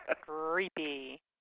creepy